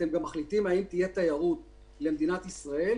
אתם גם מחליטים האם תהיה תיירות למדינת ישראל,